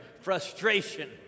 frustration